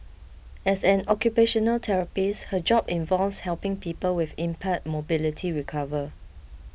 as an occupational therapist her job involves helping people with impaired mobility recover